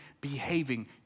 behaving